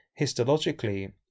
Histologically